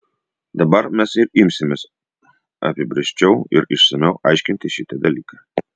dabar mes ir imsimės apibrėžčiau ir išsamiau aiškinti šitą dalyką